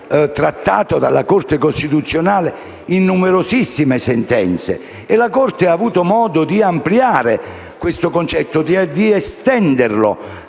Grazie